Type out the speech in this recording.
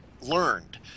learned